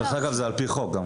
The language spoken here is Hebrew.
אגב, זה על פי חוק.